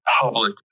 public